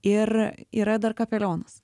ir yra dar kapelionas